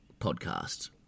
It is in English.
podcast